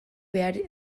behar